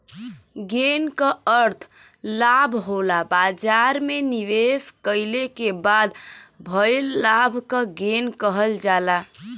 gain क अर्थ लाभ होला बाजार में निवेश कइले क बाद भइल लाभ क गेन कहल जाला